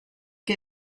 che